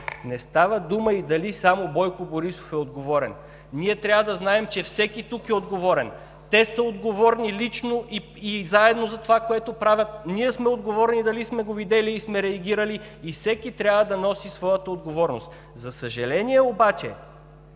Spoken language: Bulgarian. Не става дума и дали само Бойко Борисов е отговорен. Ние трябва да знаем, че всеки тук е отговорен. Те са отговорни лично и заедно за това, което правят. Ние сме отговорни дали сме го видели и сме реагирали. Всеки трябва да носи своята отговорност! За съжаление обаче